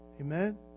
Amen